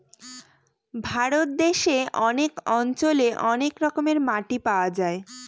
ভারত দেশে অনেক অঞ্চলে অনেক রকমের মাটি পাওয়া যায়